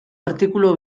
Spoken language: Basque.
artikulu